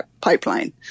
pipeline